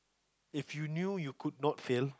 if you knew you could not fail